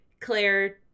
claire